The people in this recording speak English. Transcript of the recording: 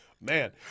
Man